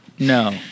no